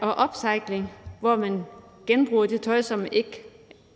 Og upcycling, hvor det tøj, som ikke